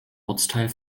ortsteil